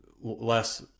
less